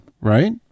Right